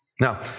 Now